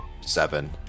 Seven